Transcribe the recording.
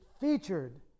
featured